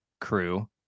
crew